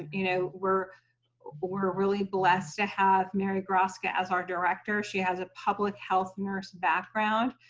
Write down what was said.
you know, we're we're really blessed to have merry grasska as our director. she has a public health nurse background,